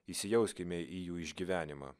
įsijauskime į jų išgyvenimą